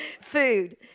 food